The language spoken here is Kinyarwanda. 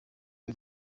y’u